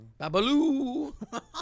Babaloo